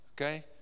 okay